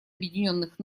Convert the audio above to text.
объединенных